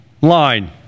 line